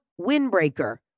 windbreaker